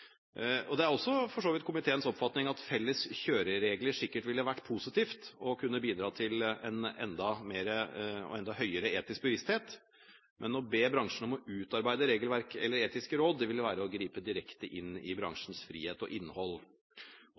Det er for så vidt også komiteens oppfatning at felles kjøreregler sikkert ville være positivt og ville kunne bidra til en enda høyere etisk bevissthet, men å be bransjen utarbeide et regelverk eller et etisk råd ville være å gripe direkte inn i bransjens frihet og innhold.